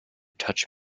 touch